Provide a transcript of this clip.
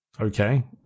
okay